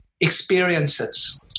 experiences